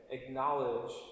acknowledge